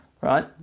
right